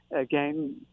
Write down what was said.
again